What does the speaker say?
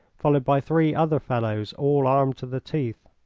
followed by three other fellows, all armed to the teeth.